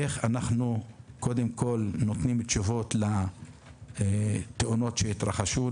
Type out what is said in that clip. איך אנחנו נותנים תשובות לתאונות שהתרחשו,